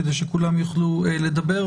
כדי שכולם יוכלו לדבר.